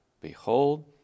behold